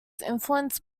influenced